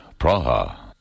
Praha